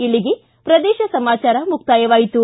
ಇಲ್ಲಿಗೆ ಪ್ರದೇಶ ಸಮಾಚಾರ ಮುಕ್ತಾಯವಾಯಿತು